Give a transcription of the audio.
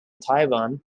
taiwan